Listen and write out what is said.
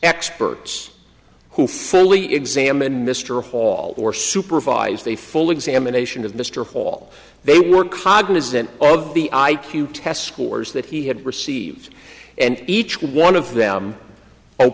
experts who fully examined mr hall or supervised a full examination of mr hall they were cognizant of the i q test scores that he had received and each one of them o